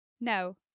no